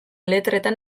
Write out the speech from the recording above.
letretan